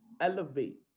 elevate